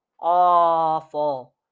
Awful